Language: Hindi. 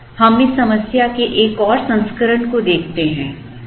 अब हम इस समस्या के एक और संस्करण को देखते हैं